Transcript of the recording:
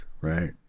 right